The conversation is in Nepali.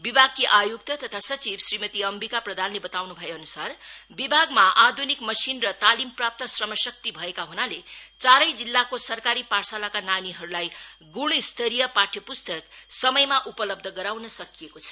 विभागकी आयुक्त तथा सचिव श्रीमती अम्बिका प्रधानले बताउन् भए अन्सार विभागमा आध्निक मशिन र तालिमप्राप्त श्रमशक्ति भएका हनाले चारै जिल्लाको सरकारी पाठशालाका नानीहरूलाई ग्णस्तरीय पाठ्यप्स्तक समयमा उपलब्ध गराउन सकिएकोछ